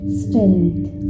strength